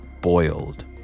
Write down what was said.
boiled